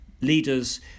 leaders